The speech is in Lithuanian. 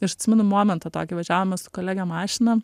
aš atsimenu momentą tokį važiavome su kolege mašina